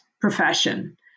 profession